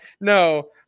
No